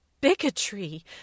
bigotry